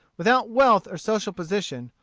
without wealth or social position,